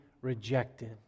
rejected